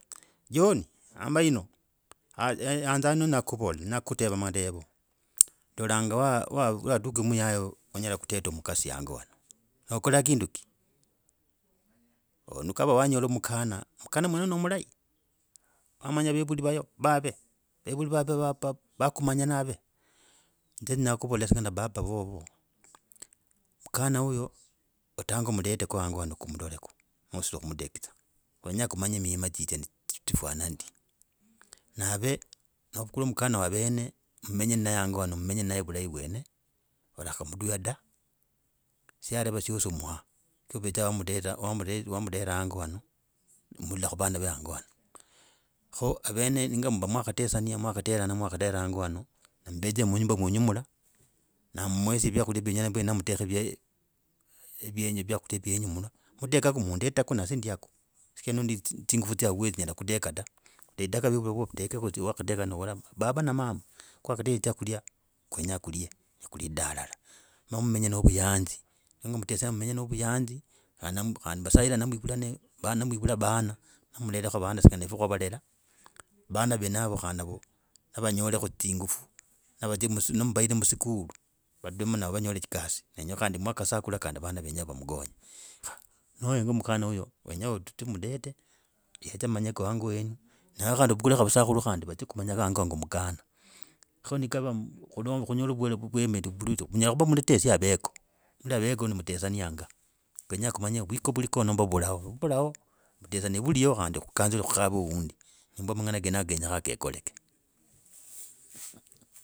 John amba yino, aaa, anza yana nya kuvola, nya kuteva marevo, ndolanga wa, waduki mayai anyola kuteta mukhasi hango wanje hano. Okala kindu ki, ni kava wanyola mukana, mukana mwenoya nomulayi? Wamanya avevuli vave? Vevuli vave vakumanya nave? Nenya kuvole singana papa wovo, mkana oyo otange omleteko hango hano kumloleku noshiri kumudektsa, kwenya kumanye mima chiche chifwana ndi, nave, ovukule mkana wa veno mmenye hango hana, mwenye vulahi vwene, olakamduya da, syareva syosi omuha, ovetsa wam, wamdera c wamdera hango hana mlala ku vana va hango hano kho avene singa muva mwakateshana, mwakaderana, mwakaderana hango hano, muvedze munyumba mwene mula na mwesye vyakhulia vyo mutekha, vya, vyenyu vyakutia vyenyu muno, nimudekako mundetaku nasye ndyako, shichoraa tsingufu tsiawa nyela kudeka da c, niwakadeka novoraa baba na mama kwakadeka chogoria kwenya kilye, ni kulitaa halala, no mmenya navuyanzi. chosistation mtesaa mmeny novuyanzi, chasitation mtesa mmeny novuyanzi, khandi navo, navanyoleka zingufu nivadzia, ni muvahira msukulu, vadimamo nivanyola ekasi. Enywe kandi mwakasakula kandi vana venye vamkonye. No henga mkana oyo wenya otute omdete yedze amanyoko hango wenu na kandi ovukule avasakuli kandi vadzie kumanyako wangemkana, ka nikava kunyore wemiri c s kunyela kuva mtetesi aveke, aundi avuke mtesenianga, kwenya kumanye vwiko vuliko nomba vuvlaho, ne vuvulaho mtesania, khandi vuliho khu cancela khukhave oundi, nimbwa mang’ana kenako kenya kekoleko.